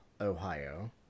Ohio